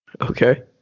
okay